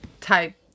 type